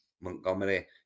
Montgomery